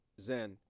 zen